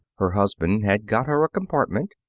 her husband had got her a compartment,